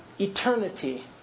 eternity